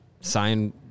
sign